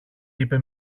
είπε